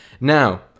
Now